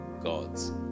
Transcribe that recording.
God's